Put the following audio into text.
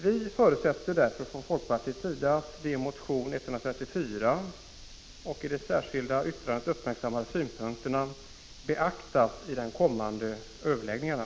Vi förutsätter därför från folkpartiets sida att de i motion 134 och i det särskilda yttrandet uppmärksammade synpunkterna beaktas i de kommande överläggningarna.